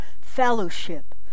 fellowship